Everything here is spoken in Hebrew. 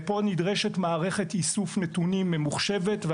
פה נדרשת מערכת איסוף נתונים ממוחשבת.